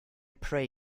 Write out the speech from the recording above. pray